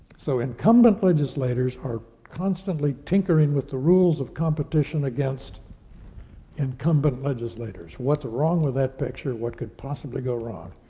so incumbent legislators are constantly tinkering with the rules of competition against incumbent legislators. what's wrong with that picture? what could possibly go wrong?